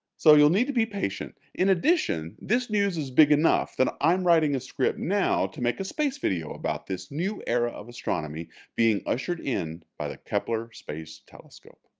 so you'll need to be patient. in addition, this news is big enough that i'm writing a script now to make a space video about this new era of astronomy being ushered in by the kepler space telescope.